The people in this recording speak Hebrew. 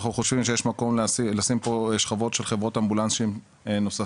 אנחנו חושבים שיש מקום לשים פה שכבות של חברות אמבולנסים נוספים,